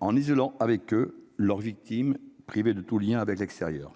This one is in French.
en isolant avec eux leurs victimes privées de tout lien avec l'extérieur.